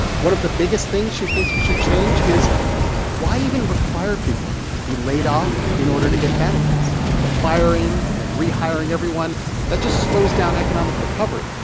one of the biggest things she thinks we should change is why even require people to be laid off in order to get benefits? the firing and then rehiring everyone everyone that just slows down economic recovery.